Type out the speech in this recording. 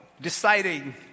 deciding